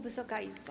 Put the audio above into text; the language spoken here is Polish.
Wysoka Izbo!